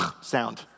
sound